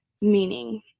meaning